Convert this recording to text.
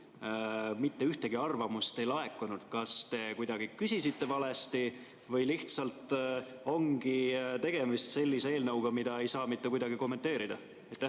mitte ühtegi arvamust ei laekunud? Kas te kuidagi küsisite valesti või lihtsalt ongi tegemist sellise eelnõuga, mida ei saa mitte kuidagi kommenteerida?